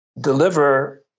deliver